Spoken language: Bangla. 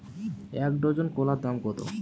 এক ডজন কলার দাম কত?